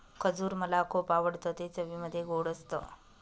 खजूर मला खुप आवडतं ते चवीमध्ये गोड असत